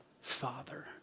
father